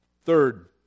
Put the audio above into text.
Third